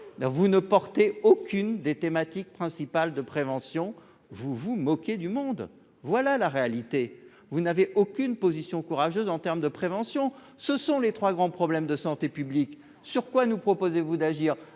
Vous ne traitez aucune des thématiques principales de prévention. Vous vous moquez du monde ! Voilà la réalité, vous ne tenez aucune position courageuse en matière de prévention. Sur lequel de ces trois grands problèmes de santé publique nous proposez-vous d'agir ?